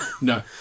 No